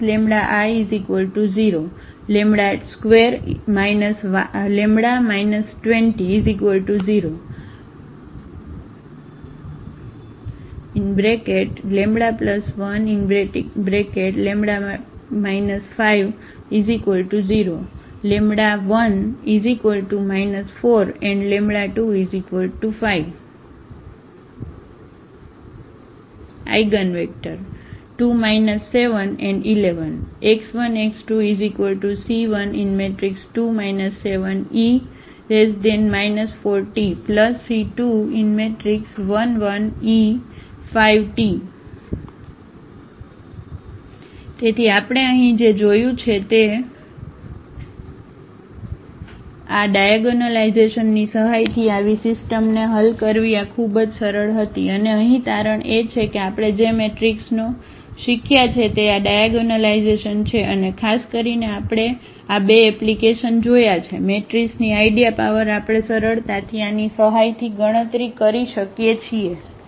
A λI 0⟹2 λ 200 ⟹λ4λ 50 ⟹1 4λ25 eigenvector 2 7 1 1 x1 x2 C12 7 e 4tC21 1 e5t તેથી આપણે અહીં જે જોયું છે તે આ ડાયાગોનલાઇઝેશનની સહાયથી આવી સિસ્ટમને હલ કરવી આ ખૂબ જ સરળ હતી અને અહીં તારણ એ છે કે આપણે જે મેટ્રિક્સનો શીખ્યા છે તે આ ડાયાગોનલાઇઝેશન છે અને ખાસ કરીને આપણે આ બે એપ્લિકેશન જોયા છે મેટ્રિસની આઇડીયા પાવર આપણે સરળતાથી આની સહાયથી ગણતરી કરી શકીએ છીએ